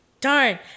Darn